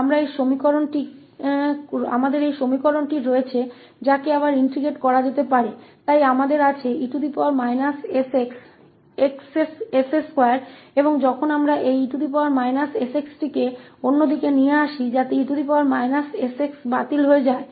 तो हमारे पास यह समीकरण है जिसे फिर से इस रूप में इंटेग्रटिंग किया जा सकता है इसलिए हमारे पास e sxs2 है और जब हम इस e sx को दूसरी तरफ लाते हैं ताकि e sx रद्द हो जाए